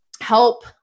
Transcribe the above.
help